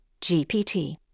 GPT